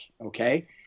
Okay